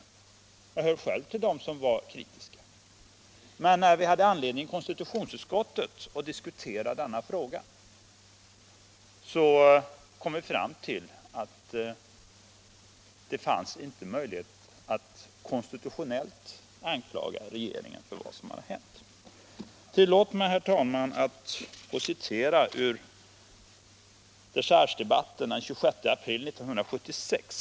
Nr 138 Jag hörde själv till dem som var kritiska, men när vi hade anledning Onsdagen den att i konstitutionsutskottet diskutera denna fråga kom vi fram till att 25 maj 1977 det inte fanns möjlighet att konstitutionellt anklaga regeringen för vad som hade hänt. Granskning av Tillåt mig, herr talman, citera från dechargedebatten den 26 april 1976.